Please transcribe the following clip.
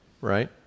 right